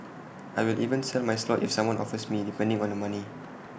I will even sell my slot if someone offers me depending on the money